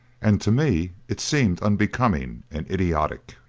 and to me it seemed unbecoming and idiotic.